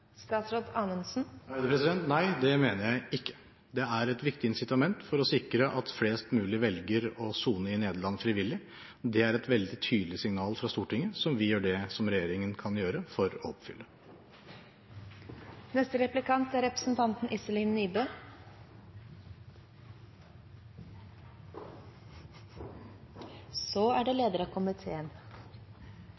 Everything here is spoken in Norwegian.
Nei, det mener jeg ikke. Det er et viktig incitament for å sikre at flest mulig velger å sone frivillig i Nederland. Det er et veldig tydelig signal fra Stortinget, som vi gjør det som regjeringen kan gjøre, for å oppfylle. Vi hørte nettopp at antall oversittinger har gått ned. Det